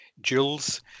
Jules